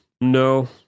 No